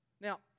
Now